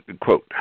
Quote